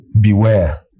beware